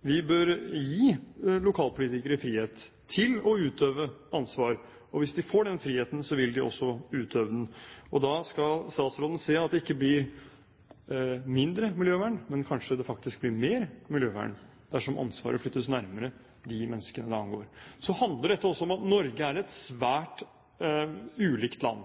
Vi bør gi lokalpolitikere frihet til å utøve ansvar. Hvis de får den friheten, vil de også utøve den. Da skal statsråden se at det ikke blir mindre miljøvern, men kanskje det faktisk blir mer miljøvern dersom ansvaret flyttes nærmere de menneskene det angår. Så handler dette også om at Norge er et svært ulikt land.